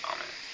Amen